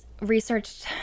researched